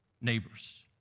neighbors